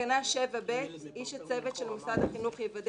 תקנה 7(ב) "איש הצוות של מוסד החינוך יוודא